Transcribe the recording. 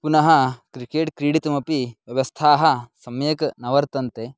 पुनः क्रिकेट् क्रीडितुमपि व्यवस्थाः सम्यक् न वर्तन्ते